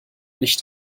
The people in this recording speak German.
nicht